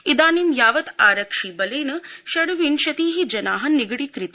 इदानीं यावत् आरक्षिबलेन षड्विंशति जना निगडीकृता